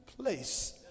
place